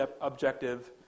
objective